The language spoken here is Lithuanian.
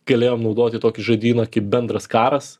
galėjom naudoti tokį žodyną kaip bendras karas